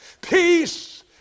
peace